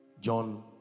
John